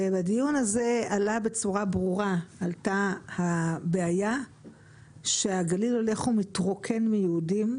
ובדיון הזה עלתה בצורה ברורה הבעיה שהגליל הולך ומתרוקן מיהודים,